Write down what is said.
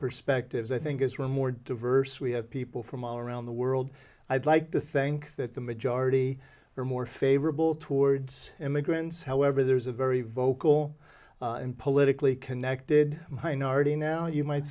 perspectives i think it's really more diverse we have people from all around the world i'd like to think that the majority are more favorable towards immigrants however there's a very vocal and politically connected minority now you might